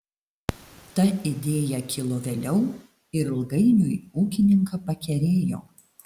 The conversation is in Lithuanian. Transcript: ta idėja kilo vėliau ir ilgainiui ūkininką pakerėjo